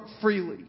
freely